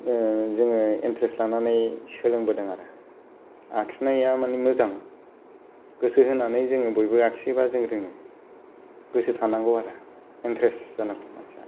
जोंङो एन्ट्रेस्ट लानानै सोलोंबोदों आरो आखिनाया माने मोजां गोसो होनानै जोंङो बयबो आखियोबा जों रोंङो गोसो थानांगौ आरो एन्ट्रेस्ट जानांगौ मानसिया